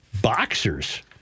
boxers